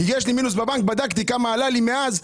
כי יש לי מינוס בבנק, בדקתי כמה עלה לי מאז.